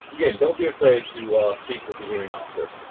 again, don't be afraid to seek with the hearing officer.